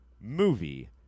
movie